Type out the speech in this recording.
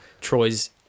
Troy's